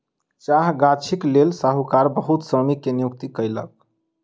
चाह गाछीक लेल साहूकार बहुत श्रमिक के नियुक्ति कयलक